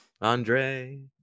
andre